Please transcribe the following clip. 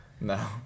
No